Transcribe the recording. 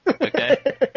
Okay